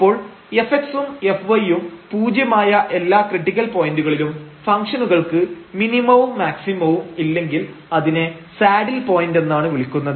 അപ്പോൾ fx ഉം fy ഉം പൂജ്യമായ എല്ലാ ക്രിട്ടിക്കൽ പോയന്റുകളിലും ഫംഗ്ഷനുകൾക്ക് മിനിമവും മാക്സിമവും ഇല്ലെങ്കിൽ അതിനെ സാഡിൽ പോയന്റെന്നാണ് വിളിക്കുന്നത്